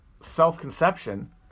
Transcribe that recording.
self-conception